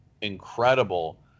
incredible